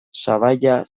sabaia